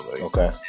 Okay